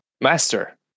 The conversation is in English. master